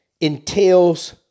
entails